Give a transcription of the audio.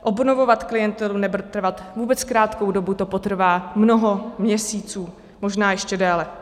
Obnovovat klientelu nebude trvat vůbec krátkou dobu, to potrvá mnoho měsíců, možná ještě déle.